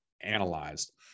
analyzed